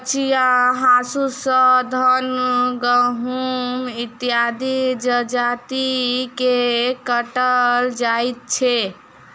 कचिया हाँसू सॅ धान, गहुम इत्यादि जजति के काटल जाइत छै